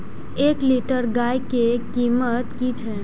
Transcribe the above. एक लीटर गाय के कीमत कि छै?